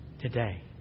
Today